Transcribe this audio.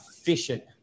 efficient